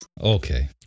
Okay